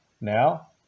Now